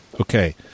Okay